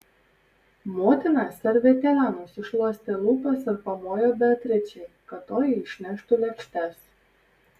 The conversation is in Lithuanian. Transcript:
motina servetėle nusišluostė lūpas ir pamojo beatričei kad toji išneštų lėkštes